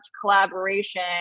collaboration